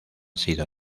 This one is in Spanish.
sido